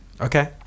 Okay